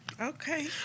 Okay